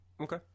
Okay